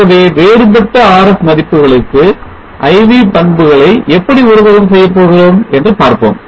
ஆகவே வேறுபட்ட RS மதிப்புகளுக்கு I V பண்புகளை எப்படி உருவகம் செய்யப் போகிறோம் என்று பார்ப்போம்